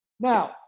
Now